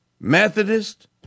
Methodist